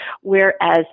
Whereas